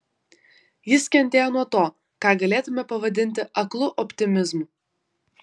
jis kentėjo nuo to ką galėtumėme pavadinti aklu optimizmu